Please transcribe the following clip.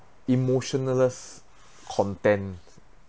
emotionless content